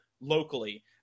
locally